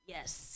Yes